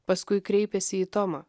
paskui kreipėsi į tomą